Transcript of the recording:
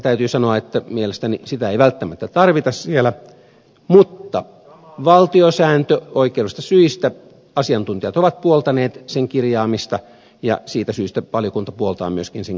täytyy sanoa että mielestäni sitä ei välttämättä tarvita siellä mutta valtiosääntöoikeudellisista syistä asiantuntijat ovat puoltaneet sen kirjaamista ja siitä syystä myöskin valiokunta puoltaa sen kirjaamista